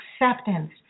acceptance